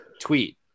tweet